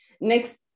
Next